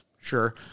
sure